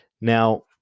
Now